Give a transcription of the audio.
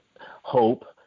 hope